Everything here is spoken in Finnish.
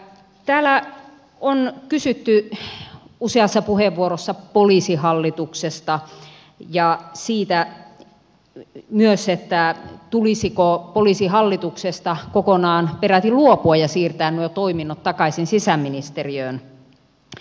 täällä on kysytty useassa puheenvuorossa poliisihallituksesta ja myös siitä tulisiko poliisihallituksesta kokonaan peräti luopua ja siirtää nuo toiminnot takaisin sisäministeriöön